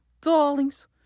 Darlings